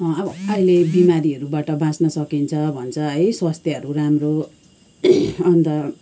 अब अहिले बिमारीहरूबाट बाँच्न सकिन्छ भन्छ है स्वास्थ्यहरू राम्रो अन्त